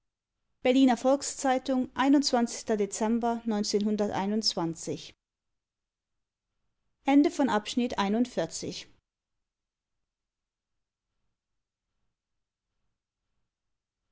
berliner volks-zeitung dezember